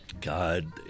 God